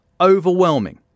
overwhelming